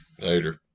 Later